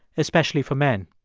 especially for men.